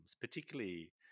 particularly